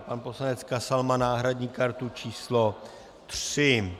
Pan poslanec Kasal má náhradní kartu číslo 3.